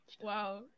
wow